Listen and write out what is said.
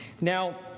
Now